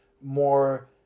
more